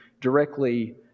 directly